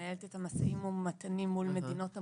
מנהלת את המשאים ומתנים מול מדינות המוצא,